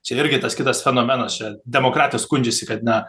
čia irgi tas kitas fenomenas čia demokratija skundžiasi kad na